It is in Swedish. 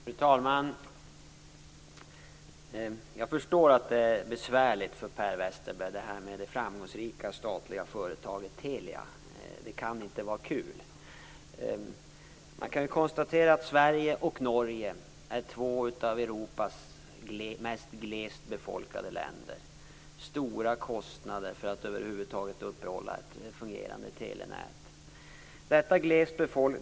Fru talman! Jag förstår att detta med det framgångsrika statliga företaget Telia är besvärligt för Per Westerberg. Det kan inte vara kul. Sverige och Norge är två av Europas mest glest befolkade länder. Det medför att kostnaderna för att över huvud taget uppehålla ett fungerande telenät är stora.